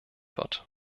wird